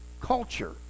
culture